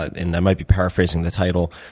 and i might be paraphrasing the title.